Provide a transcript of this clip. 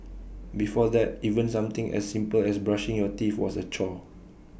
before that even something as simple as brushing your teeth was A chore